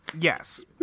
Yes